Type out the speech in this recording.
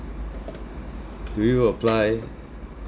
do you apply